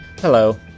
Hello